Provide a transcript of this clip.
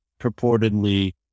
purportedly